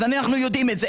אנחנו יודעים את זה.